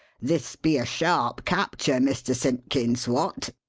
this be a sharp capture, mr. simpkins what?